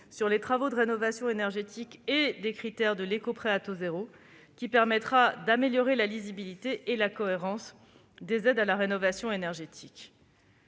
sur les travaux de rénovation énergétique et les critères de l'écoprêt à taux zéro. Ces dispositions permettront d'améliorer la lisibilité et la cohérence des aides à la rénovation énergétique.